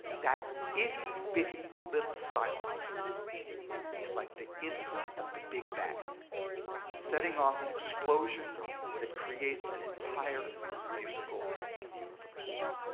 that itty-bitty little silence is like the instant of the big bang setting off an explosion that creates an entire musical universe.